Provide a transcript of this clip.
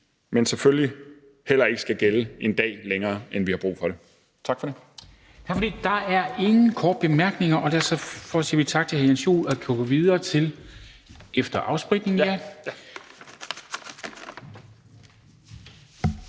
som selvfølgelig heller ikke skal gælde en dag længere, end vi har brug for det. Tak for det.